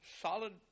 solid